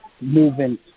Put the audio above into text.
moving